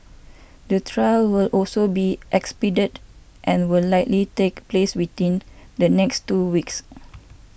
the trial will also be expedited and will likely take place within the next two weeks